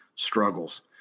struggles